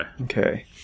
okay